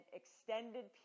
extended